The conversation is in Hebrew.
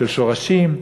של שורשים,